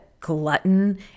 glutton